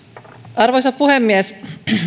arvoisa puhemies